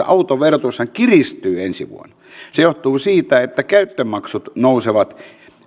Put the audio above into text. autoverotushan kiristyy ensi vuonna se johtuu siitä että käyttömaksut nousevat